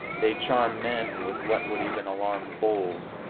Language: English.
they charm men with what would even alarm bulls.